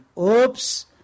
oops